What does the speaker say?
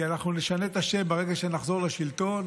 כי אנחנו נשנה את השם ברגע שנחזור לשלטון,